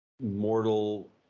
mortal